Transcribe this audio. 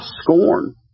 scorn